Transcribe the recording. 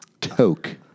Toke